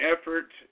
effort